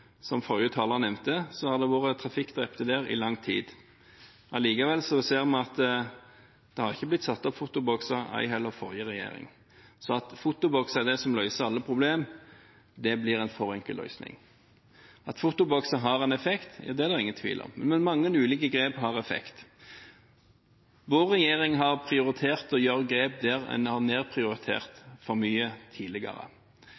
Som forrige taler nevnte, har det vært trafikkdrepte der i lang tid. Allikevel ser vi at det har ikke blitt satt opp fotobokser, ei heller av forrige regjering. Så at fotobokser er det som løser alle problemer, blir for enkelt. At fotobokser har en effekt, er det ingen tvil om, men mange ulike grep har effekt. Vår regjering har prioritert å ta grep der en har nedprioritert for mye tidligere.